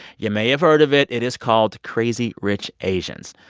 you may have heard of it. it is called crazy rich asians.